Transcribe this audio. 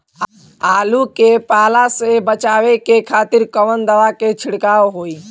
आलू के पाला से बचावे के खातिर कवन दवा के छिड़काव होई?